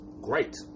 Great